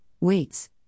weights